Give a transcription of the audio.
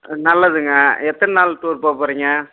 நல்லதுங்க எத்தனை நாள் டூர் போக போகறீங்க